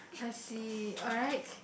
I see alright